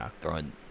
throwing